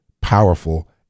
powerful